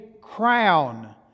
crown